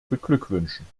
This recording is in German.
beglückwünschen